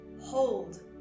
hold